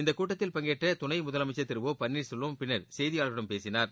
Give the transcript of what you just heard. இந்த கூட்டத்தில் பங்கேற்ற துணை முதலமைச்சர் திரு ஒபன்னீர்செல்வம் பின்னர் செய்தியாளர்களிடம் பேசினார்